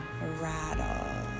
rattle